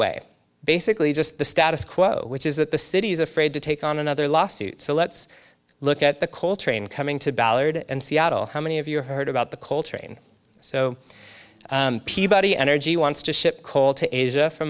way basically just the status quo which is that the city's afraid to take on another lawsuit so let's look at the coal train coming to ballard and seattle how many of you heard about the coltrane so peabody energy wants to ship coal to asia f